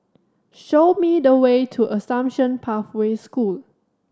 show me the way to Assumption Pathway School